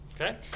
okay